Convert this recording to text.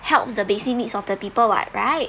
helps the basic needs of the people [what] right